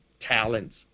talents